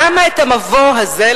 למה את המבוא הזה,